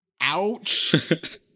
Ouch